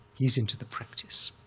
he's into the practice,